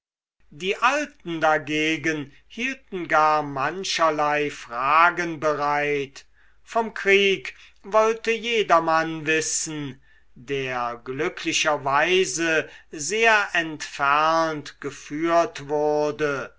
die alten dagegen hielten gar mancherlei fragen bereit vom krieg wollte jedermann wissen der glücklicherweise sehr entfernt geführt wurde